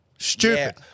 Stupid